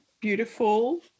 beautiful